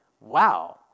wow